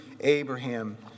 Abraham